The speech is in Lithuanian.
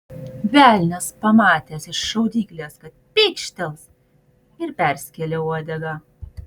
velnias pamatęs iš šaudyklės kad pykštels ir perskėlė uodegą